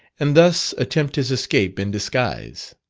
and thus attempt his escape in disguise.